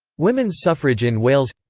women's suffrage in wales